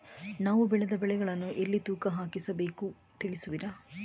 ನಾವು ಬೆಳೆದ ಬೆಳೆಗಳನ್ನು ಎಲ್ಲಿ ತೂಕ ಹಾಕಿಸಬೇಕು ತಿಳಿಸುವಿರಾ?